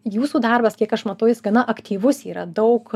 jūsų darbas kiek aš matau jis gana aktyvus yra daug